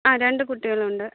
ആ രണ്ടു കുട്ടികളുണ്ട്